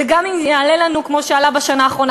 וגם אם יעלה לנו כמו שעלה בשנה האחרונה,